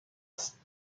است